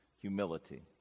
Humility